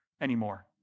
anymore